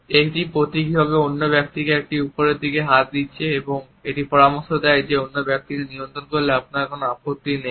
এখন এটি প্রতীকীভাবে অন্য ব্যক্তিকে একটি উপরে হাত দিচ্ছে এবং এটি পরামর্শ দেয় যে অন্য ব্যক্তি পরিস্থিতি নিয়ন্ত্রণ করলে আপনার কোনো আপত্তি নেই